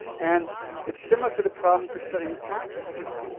and it's similar to the problem for studying consciousness,